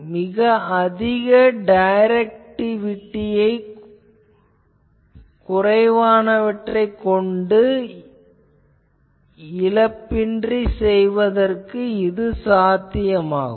மிக அதிக டைரக்டிவிட்டியை குறைவானவற்றைக் கொண்டு இழப்பு இன்றி செய்வது சாத்தியமாகும்